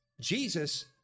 Jesus